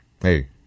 Hey